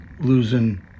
losing